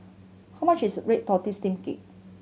how much is red tortoise steamed cake